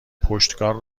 پشتکار